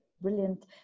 Brilliant